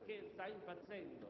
c'è un problema di controllo complessivo di un sistema che sta impazzendo.